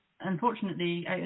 unfortunately